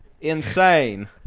insane